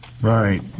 Right